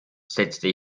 setzte